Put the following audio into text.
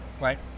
right